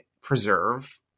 preserve